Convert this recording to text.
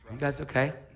guys okay?